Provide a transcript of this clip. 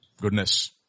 goodness